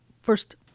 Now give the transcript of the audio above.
first